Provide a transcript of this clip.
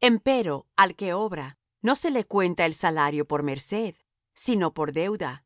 empero al que obra no se le cuenta el salario por merced sino por deuda